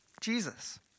Jesus